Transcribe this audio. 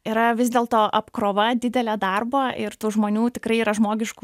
yra vis dėl to apkrova didelė darbo ir tų žmonių tikrai yra žmogiškų